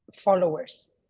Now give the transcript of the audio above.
followers